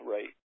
Right